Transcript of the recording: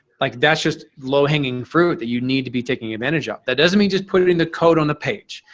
like that's just low hanging fruit that you need to be taking advantage of. that doesn't mean just put it in the code on the page.